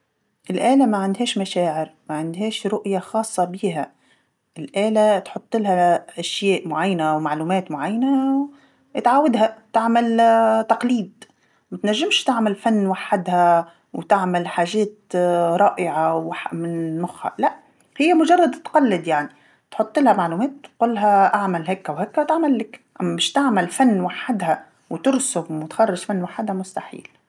الآله ما عندهاش مشاعر ما عندهاش رؤيه خاصه بيها، الآله تحط لها أشياء معينه ومعلومات معينه، تعاودها تعمل تقليد، ما تنجمش تعمل فن وحدها، وتعمل حاجات رائعه وح- من مخها، لأ، هي مجرد تقلد يعني، تحطلها معلومات تقولها أعمل هكا وهكا تعملك، اما باش تعمل فن وحدها وترسم وتخرج فن وحدها مستحيل.